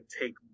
take